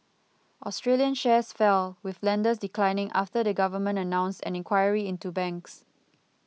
Australian shares fell with lenders declining after the government announced an inquiry into banks